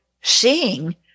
seeing